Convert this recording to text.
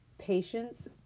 patience